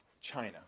China